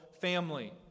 family